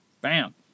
Bam